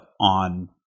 on